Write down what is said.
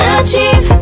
achieve